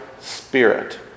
spirit